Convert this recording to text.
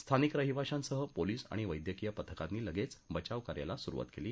स्थानिक रहिवाशांसह पोलीस आणि वैद्यकीय पथकांनी लगेच बचावकार्याला सुरुवात केली